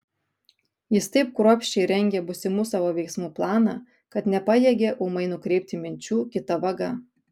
jis taip kruopščiai rengė būsimų savo veiksmų planą kad nepajėgė ūmai nukreipti minčių kita vaga